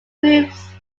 groups